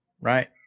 right